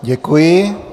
Děkuji.